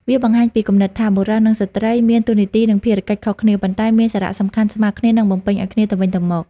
វាបង្ហាញពីគំនិតថា បុរសនិងស្ត្រីមានតួនាទី និងភារកិច្ចខុសគ្នា ប៉ុន្តែមានសារៈសំខាន់ស្មើគ្នា និងបំពេញឲ្យគ្នាទៅវិញទៅមក។